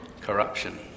corruption